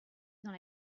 dans